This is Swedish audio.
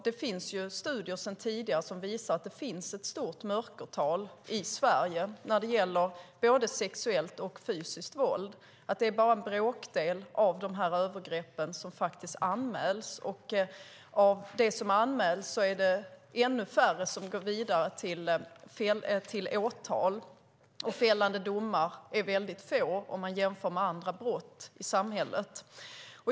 Det finns studier sedan tidigare som visar att det finns ett stort mörkertal i Sverige när det gäller både sexuellt och fysiskt våld. Det är bara en bråkdel av övergreppen som anmäls. Av dem som anmäls är det ännu färre som går vidare till åtal, och andelen fällande domar är väldigt liten jämfört med andra brott i samhället.